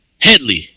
Headley